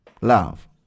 Love